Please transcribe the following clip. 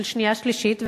השנייה והשלישית,